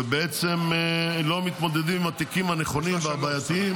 ולא מתמודדים עם התיקים הנכונים והבעייתיים